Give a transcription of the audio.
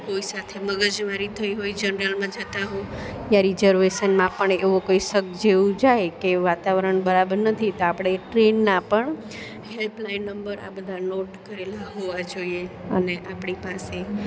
કોઈ સાથે મગજમારી થઈ હોય જનલરમાં જતાં હો યા રિઝર્વેશનમાં પણ એવો કંઈ શક જેવું જાય કે વાતાવરણ બરાબર નથી તો આપણે એ ટ્રેનના પણ હેલ્પલાઈન નંબર આ બધા નોટ કરેલા હોવા જોઈએ અને આપણી પાસે